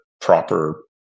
proper